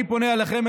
אני פונה אליכם,